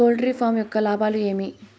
poultry farm యొక్క లాభాలు ఏమి